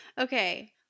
Okay